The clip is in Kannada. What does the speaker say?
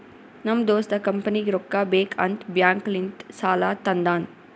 ನಮ್ ದೋಸ್ತ ಕಂಪನಿಗ್ ರೊಕ್ಕಾ ಬೇಕ್ ಅಂತ್ ಬ್ಯಾಂಕ್ ಲಿಂತ ಸಾಲಾ ತಂದಾನ್